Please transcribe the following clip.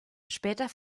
später